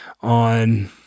on